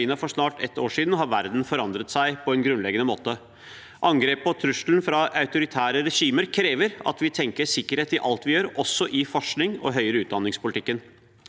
for snart ett år siden, har verden forandret seg på en grunnleggende måte. Angrepet og trusselen fra autoritære regimer krever at vi tenker sikkerhet i alt vi gjør, også i forsknings- og høyere utdanningspolitikken.